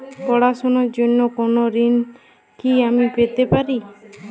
পড়াশোনা র জন্য কোনো ঋণ কি আমি পেতে পারি?